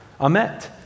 Amet